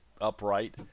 upright